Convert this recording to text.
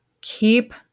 keep